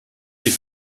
die